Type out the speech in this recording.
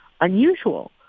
unusual